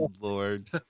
lord